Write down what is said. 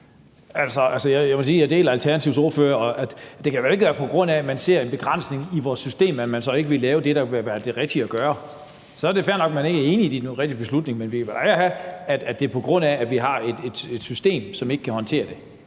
fra Alternativets ordfører, og det kan jo ikke være, på grund af at man ser en begrænsning i vores system, at man så ikke vil gøre det, der ville være det rigtige at gøre. Så er det fair nok, at man ikke er enig i de rigtige beslutninger, men vi kan jo ikke have, at det er, på grund af at vi har et retssystem, som ikke kan håndtere det.